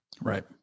Right